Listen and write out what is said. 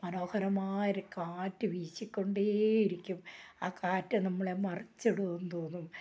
മനോഹരമായ ഒരു കാറ്റ് വീശിക്കൊണ്ടേയിരിക്കും ആ കാറ്റ് നമ്മളെ മറച്ചിടുമെന്ന് തോന്നും